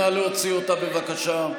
נא להוציא אותה, בבקשה.